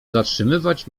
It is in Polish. zatrzymywać